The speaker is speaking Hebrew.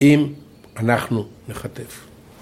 אם אנחנו נחטף.